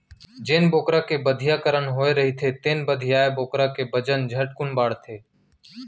जेन बोकरा के बधियाकरन होए रहिथे तेन बधियाए बोकरा के बजन झटकुन बाढ़थे